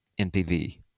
NPV